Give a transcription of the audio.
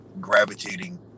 gravitating